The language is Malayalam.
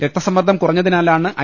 രക്തസമ്മർദ്ദം കുറഞ്ഞതി നാലാണ് ഐ